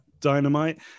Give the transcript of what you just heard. Dynamite